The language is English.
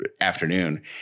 afternoon